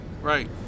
right